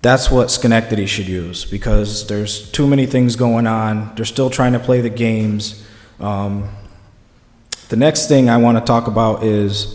that's what schenectady should use because there's too many things going on they're still trying to play the games the next thing i want to talk about is